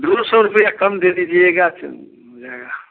दो सौ रुपया कम दे दीजिएगा हो जाएगा